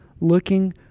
looking